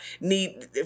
need